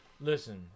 Listen